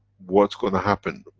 what's gonna happen?